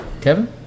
Kevin